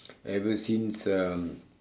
ever since um